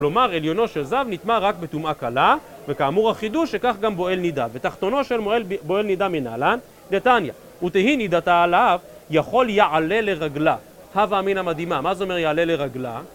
כלומר, עליונו של זב נטמא רק בטומאה קלה, וכאמור החידוש שכך גם בועל נידה, ותחתונו של בועל נידה מנלן דתניא, ותהי נידתה עליו יכול יעלה לרגלה. הווה אמינא מדהימה, מה זה אומר יעלה לרגלה?